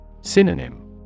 Synonym